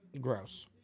Gross